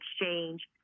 exchange